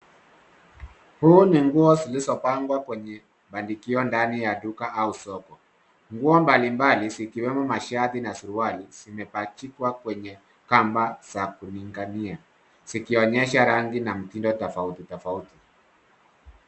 Huu ni nguo zilizopangwa kwenye pandikio ndani ya duka au soko nguo mbalimbali zikiwemo mashati na suruali zimepachikwa kwenye kamba za kuninginia zikionyesha rangi na mtindo tofauti tofauti.